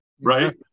Right